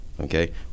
okay